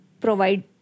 provide